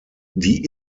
die